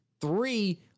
three